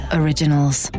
originals